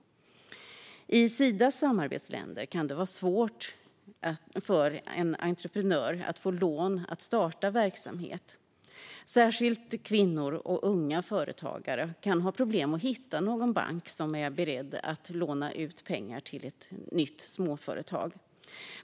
I Sidas samarbetsländer kan det vara svårt för en entreprenör att få lån för att kunna starta en verksamhet. Särskilt kvinnor och unga företagare kan ha problem att hitta någon bank som är beredd att ge lån till nya småföretag.